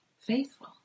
faithful